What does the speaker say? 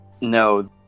No